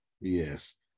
yes